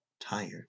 tired